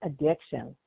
addiction